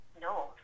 no